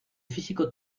físico